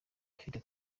afite